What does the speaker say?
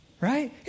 Right